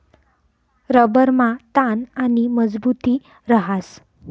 रबरमा ताण आणि मजबुती रहास